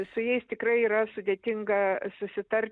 su jais tikrai yra sudėtinga susitar